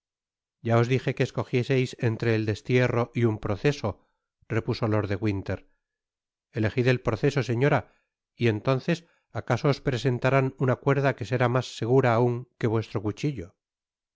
ya os dije que escogieseis entre el destierro y un proceso repuso lord de content from google book search generated at winter elejid el proceso señora y entonces acaso os presentarán una cuerda que será mas segura aun que vuestro cuchillo